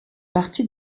partie